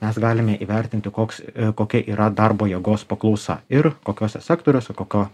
mes galime įvertinti koks kokia yra darbo jėgos paklausa ir kokiuose sektoriuose kokio